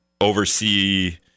oversee